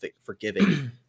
forgiving